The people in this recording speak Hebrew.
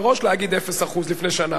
מראש להגיד אפס אחוז לפני שנה,